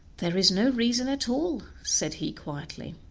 there is no reason at all, said he quietly,